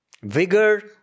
vigor